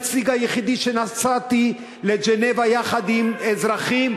אני הנציג היחיד, נסעתי לז'נבה יחד עם אזרחים,